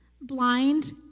blind